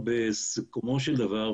בסיכומו של דבר,